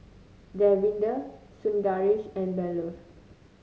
Davinder Sundaresh and Bellur